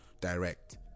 direct